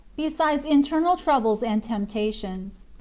besides internal troubles and temptations.